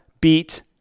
beat